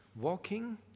Walking